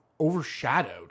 overshadowed